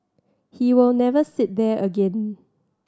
he will never sit there again